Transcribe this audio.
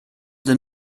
the